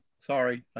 sorry